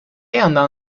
yandan